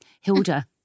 Hilda